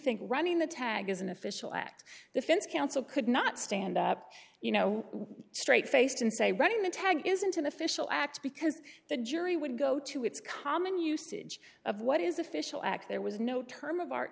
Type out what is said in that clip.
think running the tag is an official act defense counsel could not stand up you know straight faced and say reading the tag isn't an official act because the jury would go to its common usage of what is official act there was no term of art